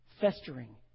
festering